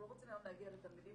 אנחנו לא רוצים היום להגיע לתלמידים